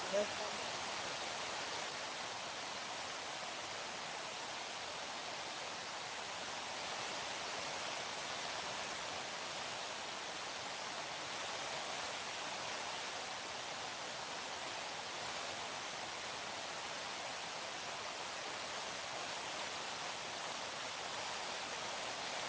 દસવાળી